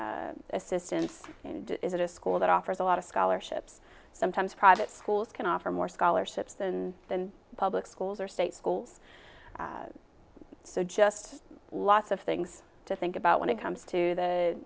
assistance is it a school that offers a lot of scholarships sometimes private schools can offer more scholarships than the public schools or state schools so just lots of things to think about when it comes to the